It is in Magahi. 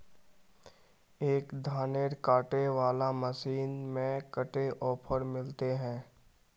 एक धानेर कांटे वाला मशीन में कते ऑफर मिले है?